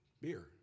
beer